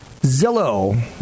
Zillow